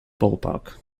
ballpark